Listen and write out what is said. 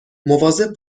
مواظب